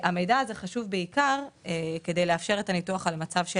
המידע הזה חשוב כדי לאפשר את הניתוח על המצב של